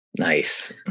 nice